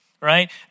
right